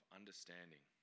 understanding